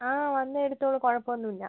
ആ വന്ന് എടുത്തോളൂ കുഴപ്പം ഒന്നുമില്ല